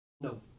No